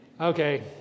Okay